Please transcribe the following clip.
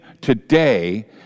today